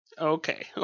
Okay